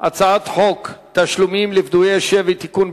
הצעת חוק תשלומים לפדויי שבי (תיקון,